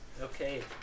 Okay